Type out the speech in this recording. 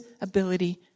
ability